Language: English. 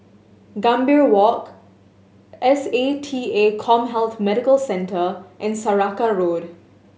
Gambir Walk S A T A CommHealth Medical Centre and Saraca Road